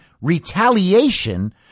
retaliation